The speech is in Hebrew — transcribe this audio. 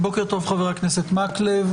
בוקר טוב, חבר הכנסת מקלב,